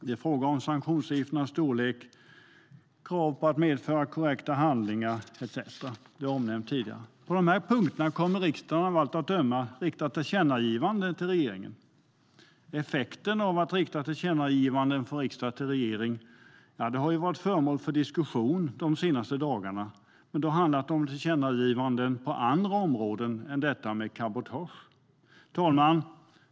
Det gäller sanktionsavgifternas storlek, krav på att medföra korrekta handlingar etcetera. På dessa punkter kommer riksdagen av allt att döma att rikta tillkännagivanden till regeringen. Effekten av att rikta tillkännagivanden från riksdag till regering har ju varit föremål för diskussion de senaste dagarna, men då har det handlat om tillkännagivanden på andra områden än detta med cabotage. Herr talman!